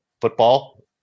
football